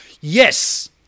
Yes